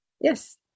Yes